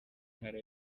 ntara